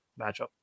matchup